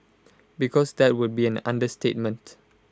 because that would be an understatement